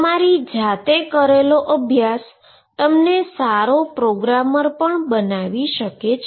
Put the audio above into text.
તમારી જાતે કરેલો અભ્યાસ તમને સારો પ્રોગ્રામર બનાવી શકે છે